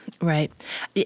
Right